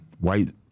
white